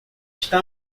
está